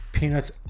Peanuts